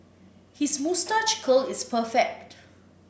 his moustache curl is perfect